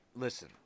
listen